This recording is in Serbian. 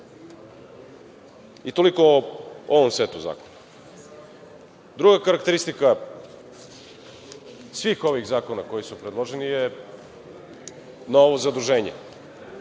Toliko o ovom setu zakona. Druga karakteristika svih ovih zakona koji su predloženi je novo zaduženje,